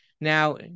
Now